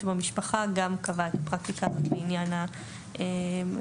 במשפחה גם קבע את הפרקטיקה הזאת לעניין הטיפול,